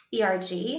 ERG